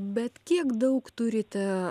bet kiek daug turite